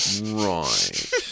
Right